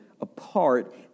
apart